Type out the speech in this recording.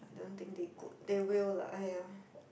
I don't think they good they will lah (aiya)